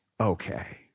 okay